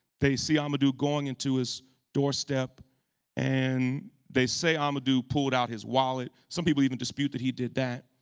they see amadou going into his doorstep and they say amadou pulled out his wallet. some people even dispute that he did that.